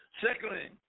Secondly